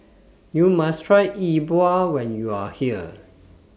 YOU must Try Yi Bua when YOU Are here